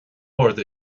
ard